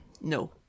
No